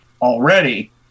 already